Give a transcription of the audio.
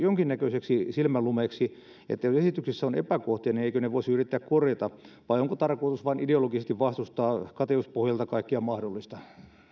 jonkinnäköiseksi silmänlumeeksi jos esityksessä on epäkohtia niin eikö ne voisi yrittää korjata vai onko tarkoitus vain ideologisesti vastustaa kateuspohjalta kaikkea mahdollista